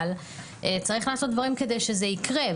אבל צריך לעשות דברים כדי שזה יקרה,